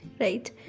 right